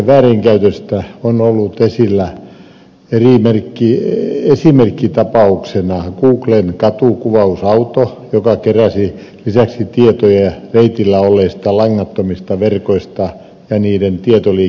verkkoyhteyksien väärinkäytöstä on ollut esillä esimerkkitapauksena googlen katukuvausauto joka keräsi lisäksi tietoja reitillä olleista langattomista verkoista ja niiden tietoliikenteestä